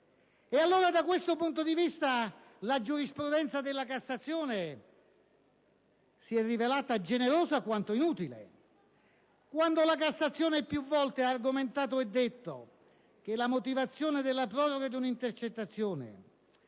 Allora, da questo punto di vista, la giurisprudenza della Cassazione si è rivelata generosa quanto inutile, quando questa più volte ha argomentato e detto che nella motivazione della proroga di un'intercettazione